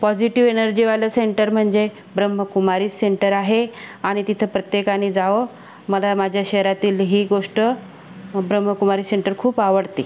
positive एनर्जीवालं centre म्हणजे Brahmakumari centre आहे आणि तिथं प्रत्येकाने जावं मला माझ्या शहरातील ही गोष्ट ब्रह्मकुमारी सेंटर खूप आवडते